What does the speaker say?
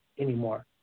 anymore